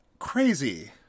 Crazy